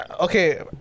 Okay